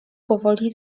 powoli